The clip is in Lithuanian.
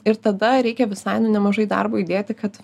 ir tada reikia visai nu nemažai darbo įdėti kad